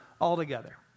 altogether